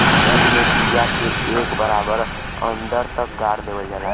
खेत में बिया के एक बराबर अन्दर तक गाड़ देवल जाला